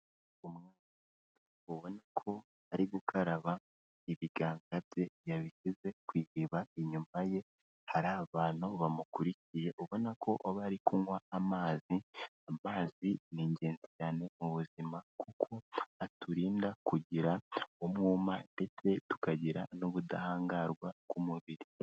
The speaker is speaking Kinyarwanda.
Umwana ubona ko ari gukaraba, ibiganza bye yabishyize ku iriba, inyuma ye hari abantu bamukurikiye ubona ko bari kunywa amazi, amazi ni ingenzi cyane mu buzima kuko aturinda kugira umwuma ndetse tukagira n'ubudahangarwa ku mubiri.